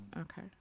okay